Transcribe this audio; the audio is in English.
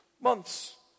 months